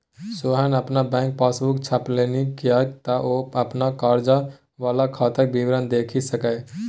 सोहन अपन bank passbook छपेलनि किएक तँ ओ अपन कर्जा वला खाताक विवरण देखि सकय